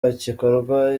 hagikorwa